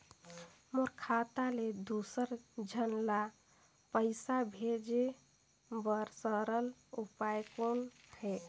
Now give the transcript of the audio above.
मोर खाता ले दुसर झन ल पईसा भेजे बर सरल उपाय कौन हे?